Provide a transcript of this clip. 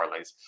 parlays